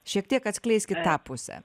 šiek tiek atskleiskit tą pusę